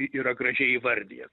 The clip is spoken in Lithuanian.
yra gražiai įvardijęs